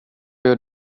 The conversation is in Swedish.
gör